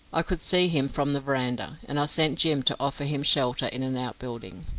i could see him from the verandah, and i sent jim to offer him shelter in an outbuilding.